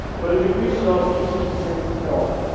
but degrees celsius is the same as a kelvin.